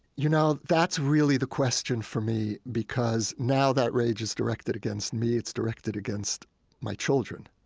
you know, that's really the question for me because now that rage is directed against me, it's directed against my children.